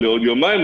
לעוד יומיים,